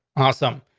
awesome.